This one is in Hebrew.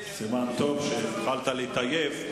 סימן טוב שהתחלת להתעייף.